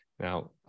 now